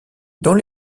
dans